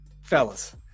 fellas